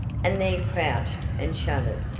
and there crouched and shuddered.